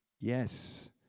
Yes